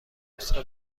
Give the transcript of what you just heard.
نسخه